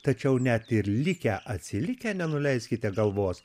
tačiau net ir likę atsilikę nenuleiskite galvos